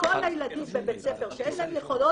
כל הילדים בבית ספר שאין להם יכולות,